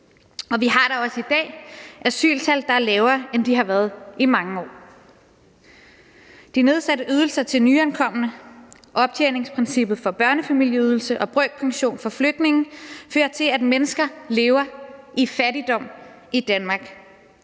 og vi har da også i dag asyltal, der er lavere, end de har været i mange år. De nedsatte ydelser til nyankomne, optjeningsprincippet for børnefamilieydelse og brøkpension for flygtninge fører til, at mennesker lever i fattigdom i Danmark.